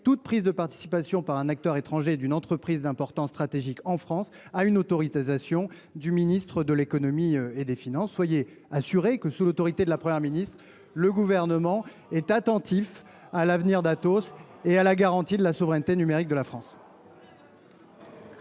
toute prise de participation par un acteur étranger dans une entreprise d’importance stratégique en France à une autorisation du ministre de l’économie et des finances. Et que fera t il ? Où est il ? Soyez assuré que, sous l’autorité de la Première ministre, le Gouvernement est attentif à l’avenir d’Atos comme à la garantie de la souveraineté numérique de la France.